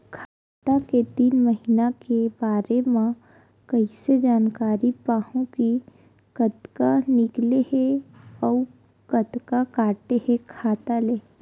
खाता के तीन महिना के बारे मा कइसे जानकारी पाहूं कि कतका निकले हे अउ कतका काटे हे खाता ले?